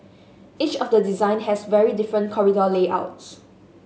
each of the design has very different corridor layouts